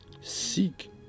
seek